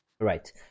Right